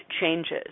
changes